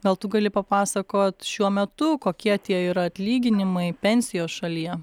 gal tu gali papasakot šiuo metu kokie tie yra atlyginimai pensijos šalyje